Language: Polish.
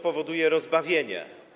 Powoduje to rozbawienie.